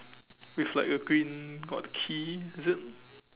with like a green got key is it